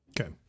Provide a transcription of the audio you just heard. Okay